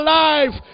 life